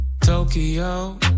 Tokyo